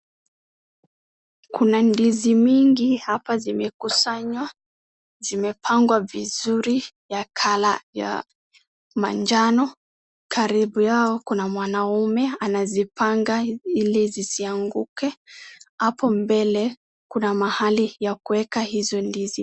Kuna ndizi mingi hapa zimekusanywa, zimepangwa vizuri ya colour ya manjano, karibu yao kuna mwanaume anazipanga ili zisianguke, hapo mbele kuna mahali ya kuweka hizo ndizi.